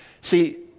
See